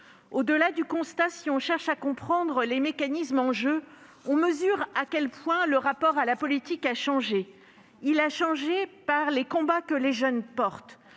Au-delà du constat, si l'on cherche à comprendre les mécanismes en jeu, on mesure à quel point le rapport à la politique a changé. Il a changé par les combats que les jeunes portent